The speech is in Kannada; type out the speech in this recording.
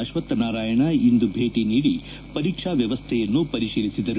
ಅಶ್ವತ್ ನಾರಾಯಣ ಇಂದು ಭೇಟಿ ನೀಡಿ ಪರೀಕ್ಷಾ ವ್ಯವಸ್ಥೆಯನ್ನು ಪರಿತೀಲಿಸಿದರು